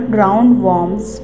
roundworms